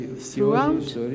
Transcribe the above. throughout